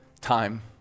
time